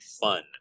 fun